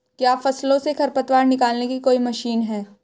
क्या फसलों से खरपतवार निकालने की कोई मशीन है?